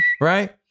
Right